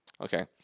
Okay